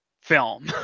film